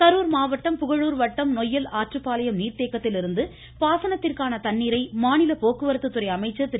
தண்ணீர் திறப்பு மாவட்டம் புகழழர் வட்டம் ஆற்றுப்பாளையம் களுர் நீர்த்தேக்கத்திலிருந்து பாசனத்திற்கான தண்ணீரை மாநில போக்குவரத்து துறை அமைச்சர் திரு